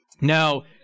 No